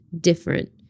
different